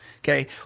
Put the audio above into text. Okay